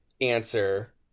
answer